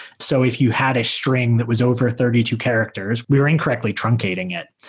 so if you had a string that was over thirty two characters, we were incorrectly truncating it.